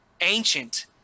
Ancient